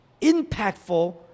impactful